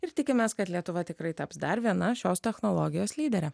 ir tikimės kad lietuva tikrai taps dar viena šios technologijos lydere